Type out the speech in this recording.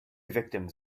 victims